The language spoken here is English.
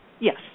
Yes